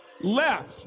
left